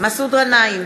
מסעוד גנאים,